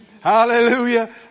Hallelujah